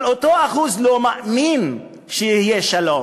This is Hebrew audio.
אבל אותו אחוז לא מאמין שיהיה שלום.